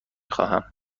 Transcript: خواهم